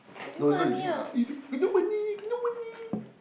no don't you don't got no money got no money